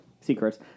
secrets